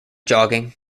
jogging